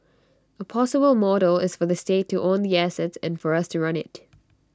A possible model is for the state to own the assets and for us to run IT